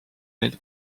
veel